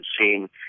seen